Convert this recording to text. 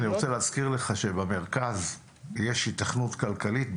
אני רוצה להזכיר לך שבמרכז יש היתכנות כלכלית,